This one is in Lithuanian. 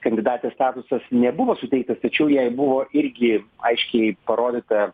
kandidatės statusas nebuvo suteiktas tačiau jai buvo irgi aiškiai parodyta